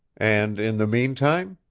and in the meantime?